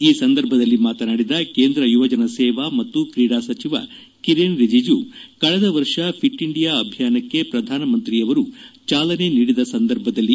ಈ ಸಂದರ್ಭದಲ್ಲಿ ಮಾತನಾಡಿದ ಕೇಂದ್ರ ಯುವಜನ ಸೇವಾ ಮತ್ತು ಕ್ರೀಡಾ ಸಚಿವ ಕಿರೆನ್ ರಿಜಿಜು ಕಳೆದ ವರ್ಷ ಫಿಟ್ ಇಂಡಿಯಾ ಅಭಿಯಾನಕ್ಕೆ ಪ್ರಧಾನಮಂತ್ರಿ ಅವರು ಚಾಲನೆ ನೀಡಿದ ಸಂದರ್ಭದಲ್ಲಿ